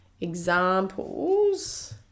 examples